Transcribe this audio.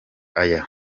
aya